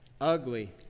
Ugly